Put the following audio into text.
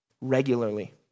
regularly